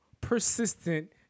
persistent